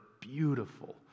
beautiful